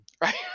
Right